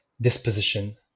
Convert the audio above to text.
disposition